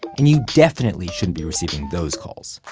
and you definitely shouldn't be receiving those calls.